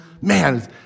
Man